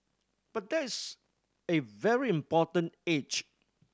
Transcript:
but that's a very important age